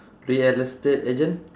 real estate agent